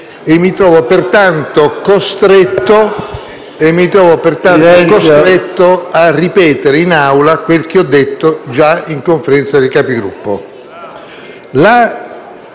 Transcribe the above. Mi trovo pertanto costretto a ripetere in Aula quel che ho già detto in sede di Conferenza dei Capigruppo.